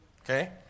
Okay